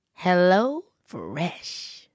HelloFresh